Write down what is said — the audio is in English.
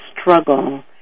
struggle